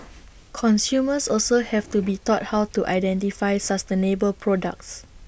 consumers also have to be taught how to identify sustainable products